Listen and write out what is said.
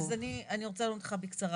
אז אני רוצה לענות לך בקצרה,